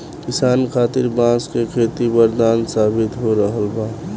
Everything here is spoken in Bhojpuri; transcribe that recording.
किसान खातिर बांस के खेती वरदान साबित हो रहल बा